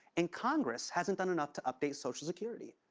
and congress hasn't done enough to update social security.